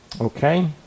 Okay